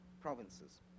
provinces